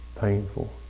painful